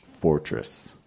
Fortress